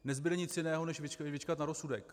Nezbude nic jiného než vyčkat na rozsudek.